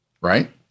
right